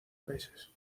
países